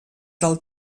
del